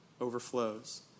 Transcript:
overflows